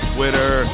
Twitter